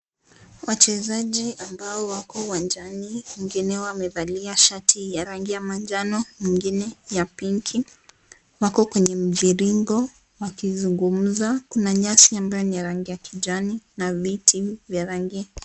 Wachezaji ambao wako uwanjani, wengine wamevalia shati ya rangi ya manjano, mwingine ya pinki, wako kwenye mviringo wakizungumza. Kuna nyasi ambayo ni ya rangi ya kijani na miti ya rangi.